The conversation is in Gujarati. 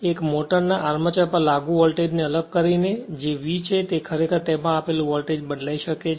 એક મોટરના આર્મચર પર લાગુ વોલ્ટેજને અલગ કરીને જે V છે તે ખરેખર તેમાં આપેલ વોલ્ટેજ બદલાઈ શકે છે